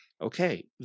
Okay